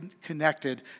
connected